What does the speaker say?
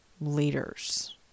leaders